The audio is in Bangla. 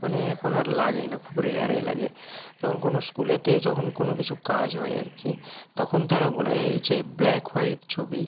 মানে এখন আর লাগেই না খুব রেয়ার লাগে যখন কোনো স্কুলেতে যখন কোনো কিছু কাজ হয় আর কি তখন তারা বলে দেয় যে ব্ল্যাক হোয়াইট ছবি